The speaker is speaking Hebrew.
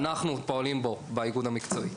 זה דבר אחד שאנחנו פועלים בו באיגוד המקצועי ,